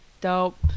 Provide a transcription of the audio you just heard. Dope